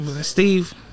Steve